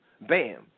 Bam